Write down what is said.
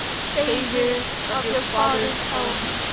saviours of your father's home,